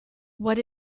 what